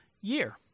year